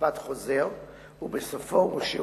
רצוני